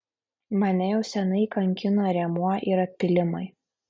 mane jau seniai kankina rėmuo ir atpylimai